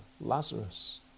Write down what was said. Lazarus